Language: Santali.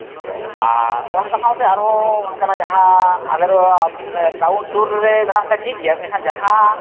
ᱟᱨ ᱚᱱᱠᱟ ᱥᱟᱶᱛᱮ ᱟᱨᱦᱚᱸ ᱚᱱᱠᱟᱱᱟᱜ ᱡᱟᱦᱟᱸ ᱟᱞᱮ ᱫᱚ ᱴᱟᱣᱩᱱ ᱥᱩᱨ ᱨᱮ ᱢᱮᱱᱟᱜ ᱛᱮ ᱴᱷᱤᱠᱜᱮᱭᱟ ᱢᱮᱱᱠᱷᱟᱱ ᱡᱟᱦᱟᱸ